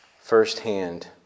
firsthand